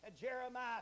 Jeremiah